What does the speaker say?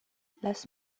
las